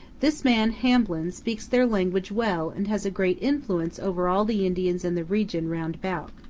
this man, hamblin, speaks their language well and has a great influence over all the indians in the region round about.